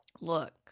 look